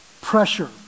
pressure